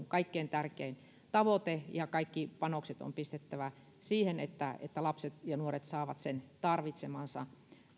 kaikkein tärkein tavoite ja kaikki panokset on pistettävä siihen että että lapset ja nuoret saavat sen tarvitsemansa